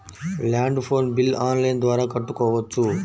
Land phone bill online ద్వారా కట్టుకోవచ్చు?